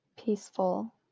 peaceful